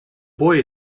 boy